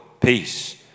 peace